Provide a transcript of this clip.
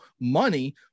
money